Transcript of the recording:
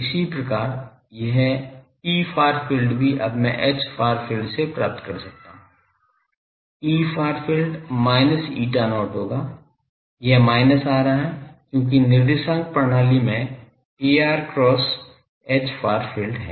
इसी प्रकार यह Efar field भी अब मैं Hfar field से प्राप्त कर सकता हूं Efar field minus eta not होगा यह minus आ रहा है क्योंकि निर्देशांक प्रणाली में ar cross Hfar field है